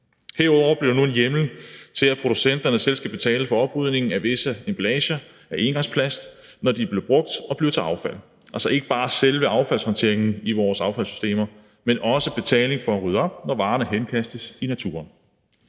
Herudover bliver der nu en hjemmel til, at producenterne selv skal betale for oprydningen af visse emballager af engangsplast, når de er blevet brugt og blevet til affald. De skal altså ikke kun betale for selve affaldssorteringen i vores affaldssystemer, men også for at rydde op, når varerne henkastes i naturen.